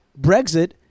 Brexit